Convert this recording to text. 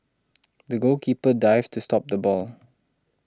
the goalkeeper dived to stop the ball